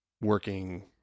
working